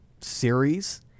series